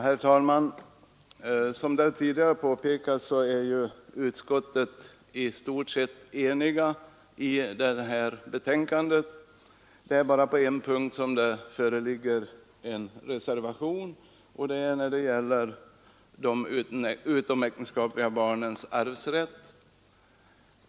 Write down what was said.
Herr talman! Som tidigare påpekats är utskottet i stort sett enigt i detta betänkande. Det är bara på en punkt som det föreligger en reservation, nämligen den som gäller de utomäktenskapliga barnens arvsrätt.